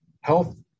health